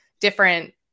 different